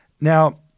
Now